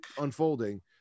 unfolding